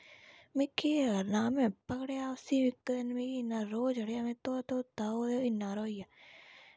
में केह् करना में पकड़ेआ उसी इक दिन मिगी इन्ना रोह् चढ़ेआ में धोता ओह् इन्ना हारा होई गेआ